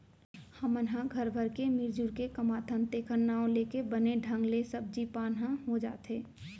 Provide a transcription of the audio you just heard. हमन ह घर भर के मिरजुर के कमाथन तेखर नांव लेके बने ढंग ले सब्जी पान ह हो जाथे